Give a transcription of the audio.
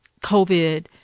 COVID